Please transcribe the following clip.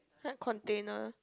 hard container